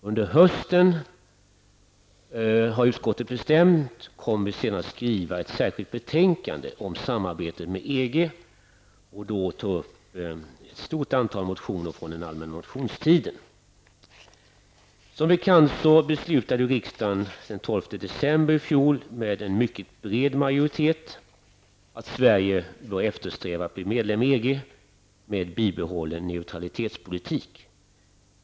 Utskottet har bestämt att under hösten skriva ett särskilt betänkande om samarbetet med EG och då ta upp ett stort antal motioner från den allmänna motionstiden. Som bekant beslutade riksdagen den 12 december i fjol, med en mycket bred majoritet, att Sverige bör eftersträva att bli medlem i EG med bibehållen neutralitetspolitik.